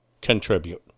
contribute